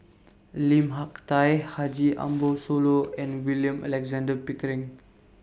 Lim Hak Tai Haji Ambo Sooloh and William Alexander Pickering